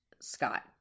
Scott